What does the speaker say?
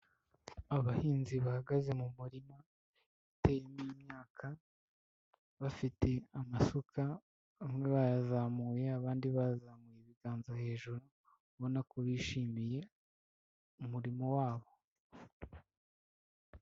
Abahinzi bahagaze mu murima uteyemo imyaka bafite amasuka bamwe bayazamuye abandi bazamuye ibiganza hejuru ubona ko bishimiye umurimo wabo.